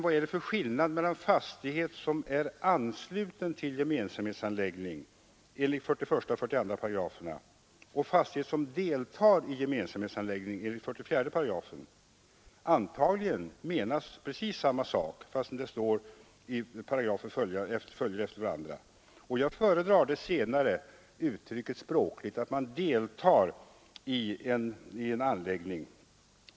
Vad är för övrigt skillnaden mellan fastighet som är ansluten till gemensamhetsanläggning enligt 41 och 42 §§ och fastighet som deltar i gemensamhetsanläggning enligt 44 §? Antagligen menar man precis samma sak, fastän det formulerats olika i olika paragrafer. Jag föredrar rent språkligt det senare uttrycket, att man deltar i en anläggning.